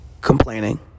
complaining